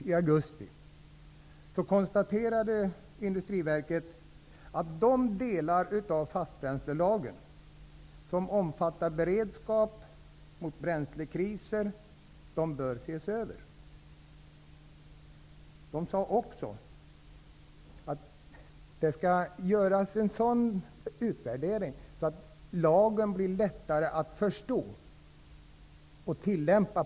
Då konstaterade Energiverket att de delar av fastbränslelagen som omfattar beredskap mot bränslekriser bör ses över. Man sade också att lagen skall göras sådan att den blir lättare att förstå och tillämpa.